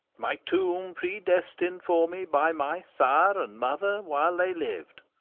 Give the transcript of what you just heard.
my tomb predestined for me by my sire and mother, while they lived,